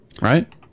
right